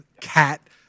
cat